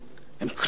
הם כלואים?